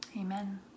amen